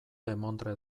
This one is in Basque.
demontre